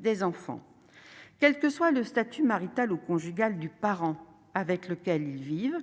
des enfants quel que soit le statut marital ou conjugal du parent avec lequel ils vivent,